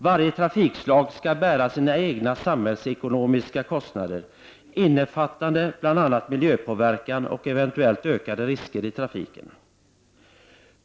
Varje trafikslag skall bära sina egna samhällsekonomiska kostnader, innefattande bl.a. miljöpåverkan och eventuellt ökade risker i trafiken.